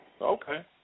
Okay